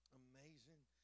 amazing